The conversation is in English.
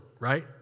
Right